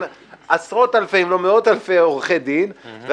עשרות אלפי אם לא מאות אלפי עורכי דין,